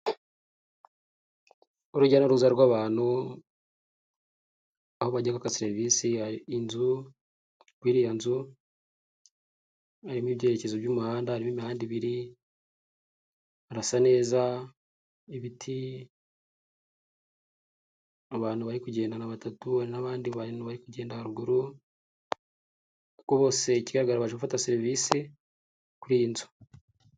Urujya n'uruza rw'abantu aho bajya kwaka serivisi, inzu, kuri iriya nzu harimo ibyerekezo by'umuhanda, harimo imihanda ibiri, harasa neza n'ibiti, abantu bari kugendana batatu hari n'abandi bantu bari kugenda haruguru kuko bose baje garafata serivisi kuri iyi nzu.